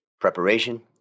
preparation